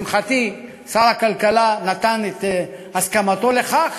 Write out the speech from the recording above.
לשמחתי, שר הכלכלה נתן את הסכמתו לכך,